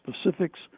specifics